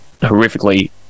horrifically